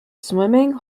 swimming